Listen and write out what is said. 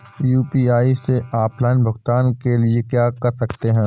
UPI से offline भुगतान के लिए क्या कर सकते हैं?